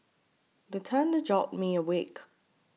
the thunder jolt me awake